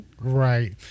Right